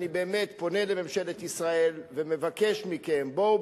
אני באמת פונה לממשלת ישראל ומבקש מכם: בואו,